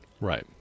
Right